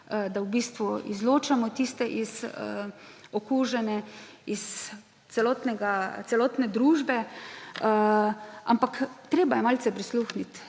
da v bistvu izločamo tiste okužene iz celotne družbe, ampak treba je malce prisluhniti